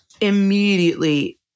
immediately